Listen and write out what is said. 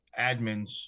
admins